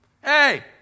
Hey